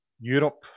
Europe